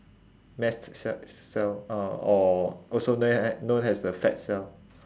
mast ce~ cell uh or also known a~ known as the fat cell